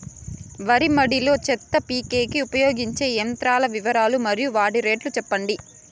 వరి మడి లో చెత్త పీకేకి ఉపయోగించే యంత్రాల వివరాలు మరియు వాటి రేట్లు చెప్పండి?